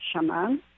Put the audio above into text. shaman